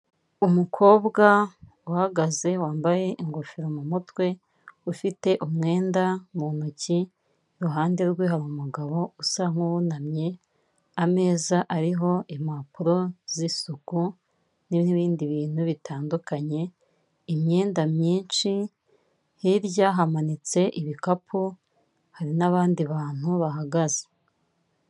Umukobwa uhagaze wambaye ingofero mu mutwe ufite umwenda mu ntoki, iruhande rwe hari umugabo usa nk'uwunamye, ameza ariho impapuro z'isuku n'ibindi bintu bitandukanye, imyenda myinshi, hirya hamanitse ibikapu hari n'abandi bantu bahagaze.